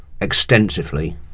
extensively